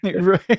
Right